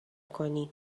کنی